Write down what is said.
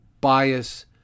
bias